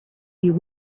you